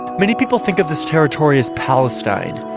many people think of this territory as palestine.